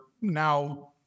now